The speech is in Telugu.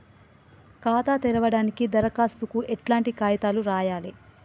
ఖాతా తెరవడానికి దరఖాస్తుకు ఎట్లాంటి కాయితాలు రాయాలే?